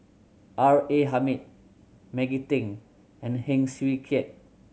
R A Hamid Maggie Teng and Heng Swee Keat